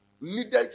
needed